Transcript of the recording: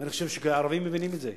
אני חושב שהערבים מבינים את זה.